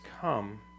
come